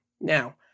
Now